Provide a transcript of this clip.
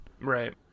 Right